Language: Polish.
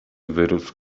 wyrósł